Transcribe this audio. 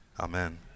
amen